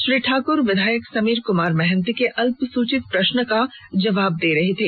श्री ठाक्र विधायक समीर कुमार महन्ती के अल्पसूचित प्रश्न का जवाब दे रहे थे